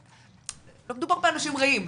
לא מדובר באנשים רעים,